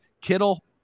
Kittle